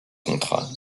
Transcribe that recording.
contrat